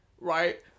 right